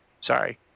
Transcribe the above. Sorry